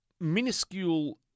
minuscule